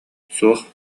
суох